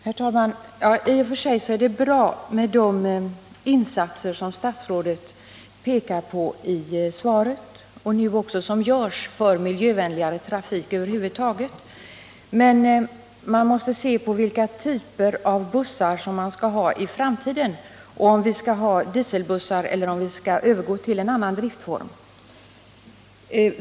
Herr talman! I och för sig är det bra med de insatser som statsrådet pekar på i svaret och som görs för en miljövänligare trafik över huvud taget. Men vi måste se på vilka typer av bussar vi skall ha i framtiden, om vi skall ha dieselbussar eller övergå till någon annan driftform.